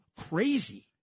crazy